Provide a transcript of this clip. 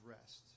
rest